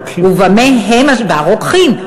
הרוקחים.